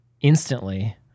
instantly